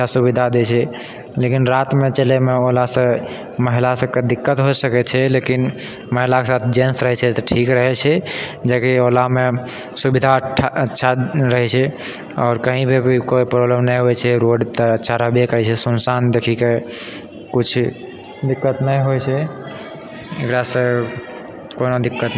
अच्छा सुविधा दै छै लेकिन रातिमे चलैमे ओलासँ महिला सबके दिक्कत हो सकै छै लेकिन महिलाके साथ जेन्ट्स रहै छै तऽ ठीक रहै छै जेकि ओलामे सुविधा अच्छा रहै छै आओर कहीं पर भी कोइ प्रॉब्लम नहि होइ छै रोड तऽ अच्छा रहबे करै छै सुनसान देखि कऽ किछु दिक्कत नहि होइ छै एकरासँ कोनो दिक्कत